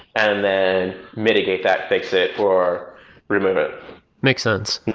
and then mitigate that, fix it, or remove it makes sense.